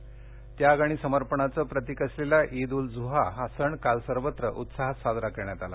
ईद त्याग आणि समर्पणाचं प्रतीक असलेला ईद उल झुहा हा सण काल सर्वत्र उत्साहात साजरा करण्यात आला